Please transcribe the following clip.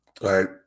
Right